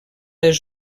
les